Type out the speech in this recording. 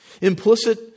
Implicit